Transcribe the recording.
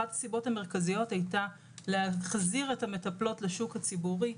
אחת הסיבות המרכזיות הייתה להחזיר את המטפלות לשוק הציבורי,